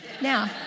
now